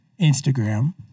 Instagram